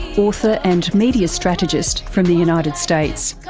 author and media strategist from the united states.